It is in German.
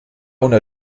ohne